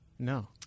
No